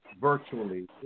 virtually